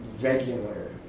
regular